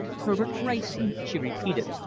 herbert wrayson she repeated,